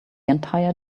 entire